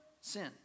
Sin